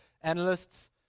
analysts